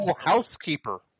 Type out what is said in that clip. housekeeper